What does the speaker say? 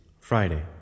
Friday